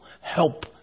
help